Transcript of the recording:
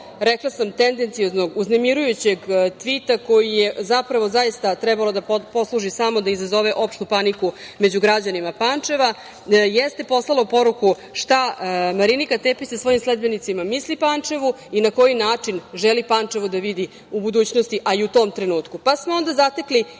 vrlo tendencioznog uznemirujućeg tvita koji je trebalo da posluži samo da izazove opštu paniku među građanima Pančeva, jeste poslalo poruku šta Marinika Tepić sa svojim sledbenicima misli Pančevu i na koji način želi Pančevo da vidi u budućnosti, a i u tom trenutku. Pa smo onda zatekli ispod